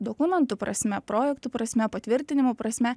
dokumentų prasme projektų prasme patvirtinimo prasme